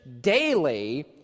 daily